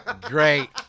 great